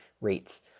rates